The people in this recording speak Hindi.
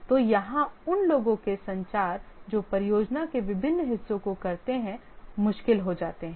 तो यहां उन लोगों के संचार जो परियोजना के विभिन्न हिस्सों को करते हैं मुश्किल हो जाते हैं